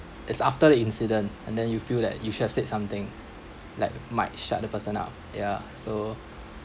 it's after the incident and then you feel that you should have said something like might shut the person up ya so